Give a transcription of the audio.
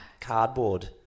cardboard